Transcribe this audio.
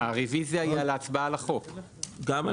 הישיבה ננעלה בשעה 14:03.